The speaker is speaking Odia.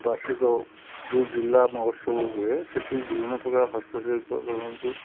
ବାର୍ଷିକ ଯେଉଁ ଜିଲ୍ଲା ମହୋତ୍ସବ ହୁଏ ସେଠି ବିଭିନ୍ନ ପ୍ରକାର ହସ୍ତଶିଳ୍ପ ଜନ୍ତୁ